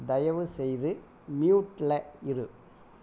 தயவுசெய்து மியூட்டில் இரு